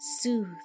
soothe